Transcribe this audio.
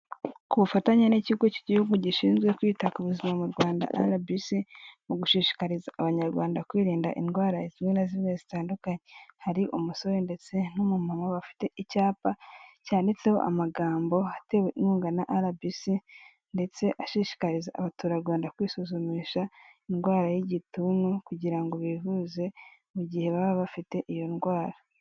Ku bufatanye n'ikigo cy'igihugu gishinzwe kwita ku buzima mu rwanda arabisi, mu gushishikariza abanyarwanda kwirinda indwara zimwe na zimwe zitandukanye, hari umusore ndetse numuma bafite icyapa, cyanditseho amagambo atewe inkunga na arabisi, ndetse ashishikariza abaturarwanda kwisuzumisha, indwara y'igituntu kugira ngo bivuze, mu gihe baba bafite iyo ndwara.